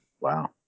Wow